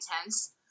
intense